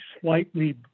slightly